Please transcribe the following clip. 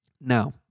Now